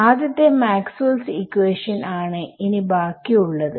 ആദ്യത്തെ Maxwell's equation maxwells equation ആണ് ഇനി ബാക്കി ഉള്ളത്